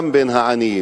גם בין העניים.